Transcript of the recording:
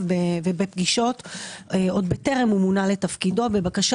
ובפגישות עוד טרם מונה לתפקידו בבקשה